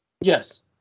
Yes